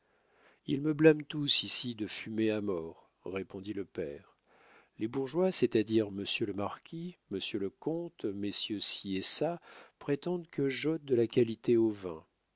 ils me blâment tous ici de fumer à mort répondit le père les bourgeois c'est-à-dire monsieur le marquis monsieur le comte messieurs ci et ça prétendent que j'ôte de la qualité au vin